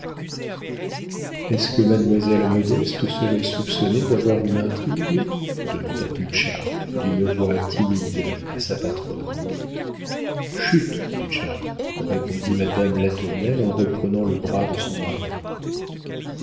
est-ce que mademoiselle modeste serait soupçonnée d'avoir une intrigue demanda butscha d'une voix timide à sa patronne chut butscha répondit madame latournelle en reprenant le bras de son mari